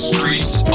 Streets